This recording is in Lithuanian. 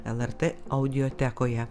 lrt audiotekoje